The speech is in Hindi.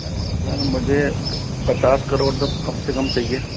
सर मुझे पचास करोड़ तक कम से कम चाहिए